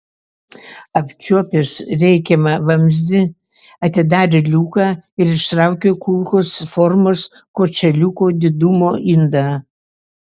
apčiuopęs reikiamą vamzdį atidarė liuką ir ištraukė kulkos formos kočėliuko didumo indą